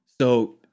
So-